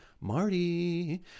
Marty